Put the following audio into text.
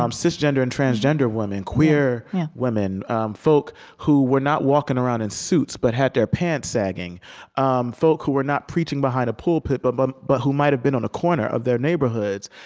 um cisgender and transgender women, queer women folk who were not walking around in suits, but had their pants sagging um folk who were not preaching behind a pulpit, but but but who might have been on a corner of their neighborhoods.